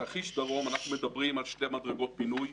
בתרחיש דרום אנחנו מדברים על שתי מדרגות פינוי,